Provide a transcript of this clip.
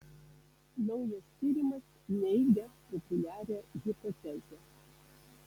naujas tyrimas neigia populiarią hipotezę